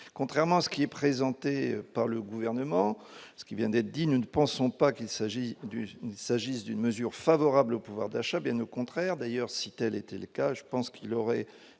contrairement à ce qui est présenté par le gouvernement ce qui vient d'être dit, nous ne pensons pas qu'il s'agit du s'agisse d'une mesure favorable au pouvoir d'achat, bien au contraire, d'ailleurs, si telle était le cas, je pense qu'il aurait